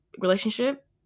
relationship